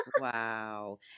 Wow